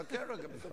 חכה רגע.